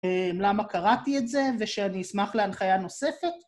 למה קראתי את זה, ושאני אשמח להנחיה נוספת.